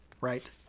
right